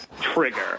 trigger